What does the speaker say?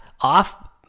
off